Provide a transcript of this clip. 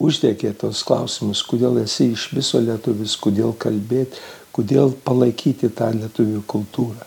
uždegė tuos klausimus kodėl esi iš viso lietuvis kodėl kalbėti kodėl palaikyti tą lietuvių kultūrą